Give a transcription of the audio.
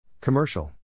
Commercial